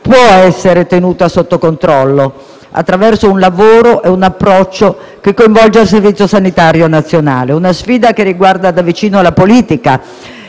possa essere tenuta sotto controllo, attraverso un lavoro e un approccio che coinvolgano il Servizio sanitario nazionale. Si tratta di una sfida che riguarda da vicino la politica.